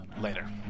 Later